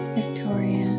Victoria